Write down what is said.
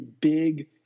big